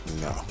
no